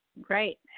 Great